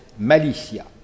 malicia